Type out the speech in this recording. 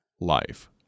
life